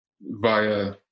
via